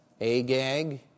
Agag